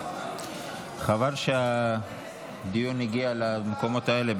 חבל שהדיון הגיע למקומות האלה.